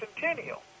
centennial